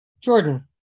Jordan